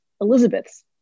Elizabeth's